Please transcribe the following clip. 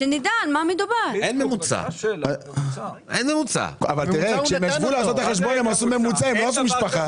בגילאי שש עד 12 לאישה